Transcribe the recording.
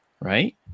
right